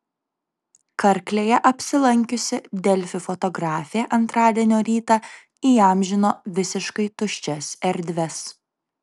karklėje apsilankiusi delfi fotografė antradienio rytą įamžino visiškai tuščias erdves